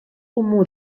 comú